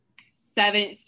seven